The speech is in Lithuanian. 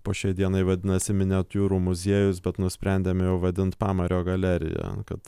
po šiai dienai vadinasi miniatiūrų muziejus bet nusprendėm jau vadint pamario galerija kad